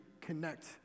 connect